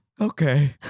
Okay